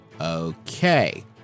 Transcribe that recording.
Okay